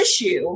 issue